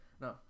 no